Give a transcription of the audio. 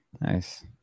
Nice